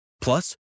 Plus